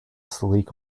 sleek